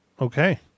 okay